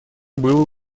было